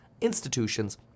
institutions